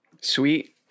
Sweet